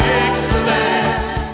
excellence